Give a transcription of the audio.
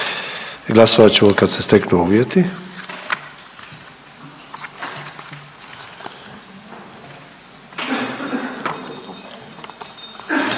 glasovat ćemo kad se steknu uvjeti,